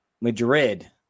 Madrid